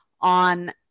on